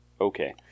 Okay